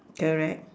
correct